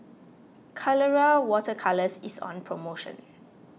Colora Water Colours is on promotion